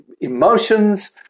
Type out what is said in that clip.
emotions